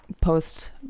post